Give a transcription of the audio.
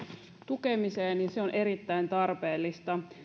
tukemiseen ja se on erittäin tarpeellista